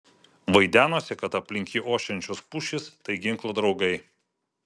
vaidenosi kad aplink jį ošiančios pušys tai ginklo draugai